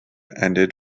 ended